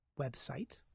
website